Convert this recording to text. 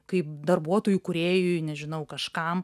kaip darbuotojui kūrėjui nežinau kažkam